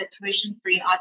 tuition-free